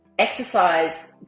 Exercise